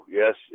yes